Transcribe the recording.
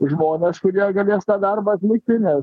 žmones kurie galės tą darbą atlikti nes